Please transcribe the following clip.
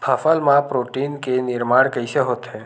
फसल मा प्रोटीन के निर्माण कइसे होथे?